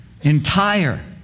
entire